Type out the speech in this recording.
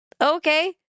Okay